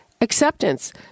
acceptance